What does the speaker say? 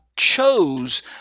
chose